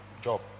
job